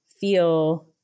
feel